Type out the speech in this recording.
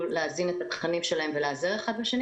להזין את התכנים שלהם ולהיעזר זה בזה.